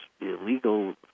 illegal